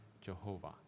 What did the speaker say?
Jehovah